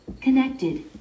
Connected